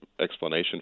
explanation